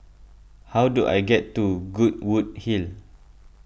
how do I get to Goodwood Hill